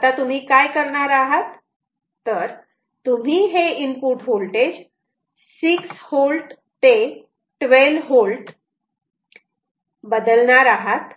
आता तुम्ही काय करणार आहात तर तुम्ही हे इनपुट होल्टेज 6 V ते 12 V बदलणार आहात